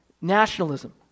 nationalism